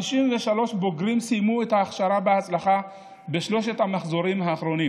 53 בוגרים סיימו את ההכשרה בהצלחה בשלושת המחזורים האחרונים